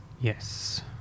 Yes